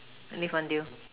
any fun deal